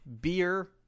beer